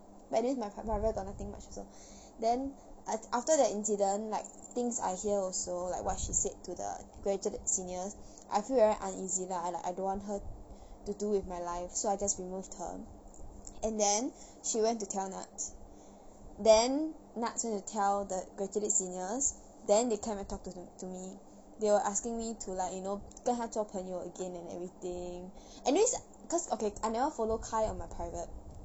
but then my pri~ private got nothing much also then aft~ after the incident like things I hear also like what she said to the graduated seniors I feel very uneasy lah I like I don't want her to do with my life so I just removed her and then she went to tell nats then nats went to tell the graduate seniors then they came and talk to the to me they were asking me to like you know 跟她做朋友 again and everything and at least cause okay I never follow kai on my private